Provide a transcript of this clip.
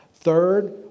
Third